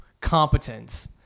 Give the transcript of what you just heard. competence